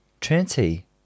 Trinity